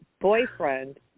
boyfriend